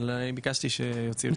אבל אני ביקשתי שיוציאו לי.